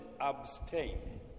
abstain